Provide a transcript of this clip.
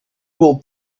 will